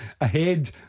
ahead